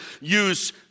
use